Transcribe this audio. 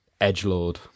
Edgelord